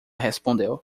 respondeu